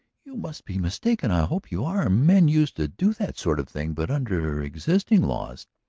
you must be mistaken. i hope you are. men used to do that sort of thing, but under existing laws.